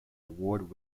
award